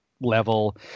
level